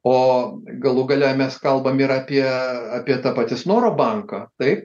o galų gale mes kalbam ir apie apie ta pati snoro banką taip